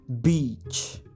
beach